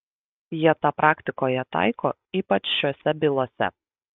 jie tą praktikoje taiko ypač šiose bylose